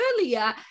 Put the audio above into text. earlier